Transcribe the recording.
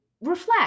reflect